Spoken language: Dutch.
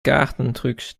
kaartentrucs